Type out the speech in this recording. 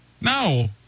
No